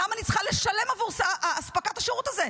למה אני צריכה לשלם עבור אספקת השירות הזה?